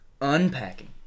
unpacking